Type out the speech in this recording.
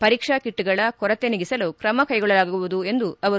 ಪರೀತ್ಷ ಕಿಟ್ಗಳ ಕೊರತೆ ನೀಗಿಸಲು ಕ್ರಮ ಕೈಗೊಳ್ಳಲಾಗುವುದು ಎಂದರು